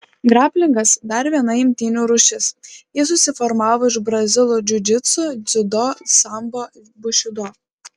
graplingas dar viena imtynių rūšis ji susiformavo iš brazilų džiudžitsu dziudo sambo bušido